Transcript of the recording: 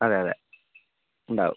അതെ അതെ ഉണ്ടാവും